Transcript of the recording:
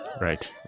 right